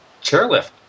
chairlift